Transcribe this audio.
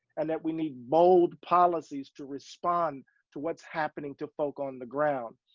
and that we need bold policies to respond to what's happening to folk on the ground.